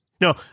No